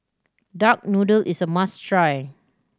duck noodle is a must try